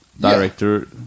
director